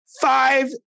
five